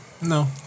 No